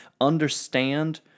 understand